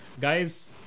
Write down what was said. Guys